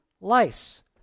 lice